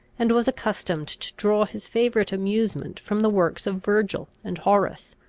and was accustomed to draw his favourite amusement from the works of virgil and horace.